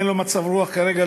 אולי אין לו מצב רוח כרגע,